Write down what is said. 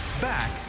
Back